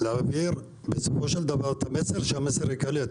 להעביר בסופו של דבר שהמסר ייקלט.